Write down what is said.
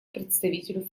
представителю